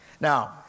Now